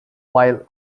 while